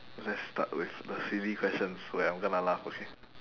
let's start with the silly questions where I'm gonna laugh okay